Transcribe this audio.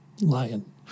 lion